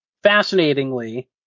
fascinatingly